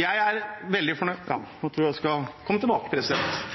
jeg er veldig fornøyd – jeg tror jeg skal komme tilbake, president.